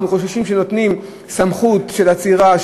אנחנו חוששים שנותנים סמכות של עצירה,